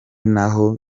naho